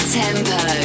tempo